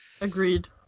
agreed